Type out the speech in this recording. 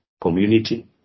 community